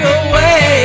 away